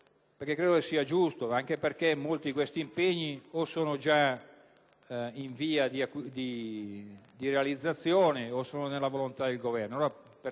perché lo ritengo giusto ma anche perché molti di questi impegni o sono già in via di realizzazione o sono già previsti dal Governo.